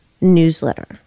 newsletter